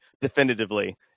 definitively